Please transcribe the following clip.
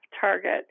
target